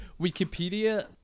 Wikipedia